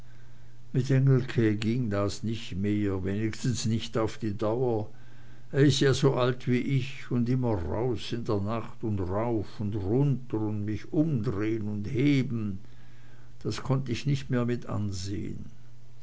ging das nicht mehr wenigstens nicht auf die dauer er ist ja so alt wie ich und immer raus in der nacht und rauf und runter und mich umdrehn und heben das konnt ich nich mehr mit ansehn